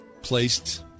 placed